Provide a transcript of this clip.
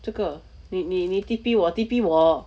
这个你你你 T_P 我你 T_P 我